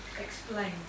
explain